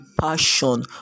passion